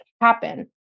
happen